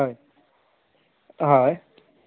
हय हय